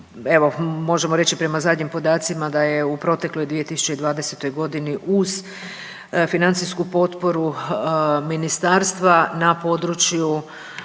možemo reći prema zadnjim podacima da je u protekloj 2020. godinu uz financijsku potporu ministarstva na području